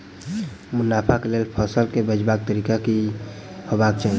मुनाफा केँ लेल फसल केँ बेचबाक तरीका की हेबाक चाहि?